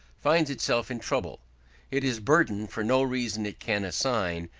finds itself in trouble it is burdened, for no reason it can assign,